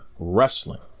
Wrestling